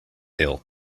ill